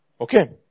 Okay